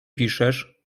piszesz